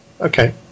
okay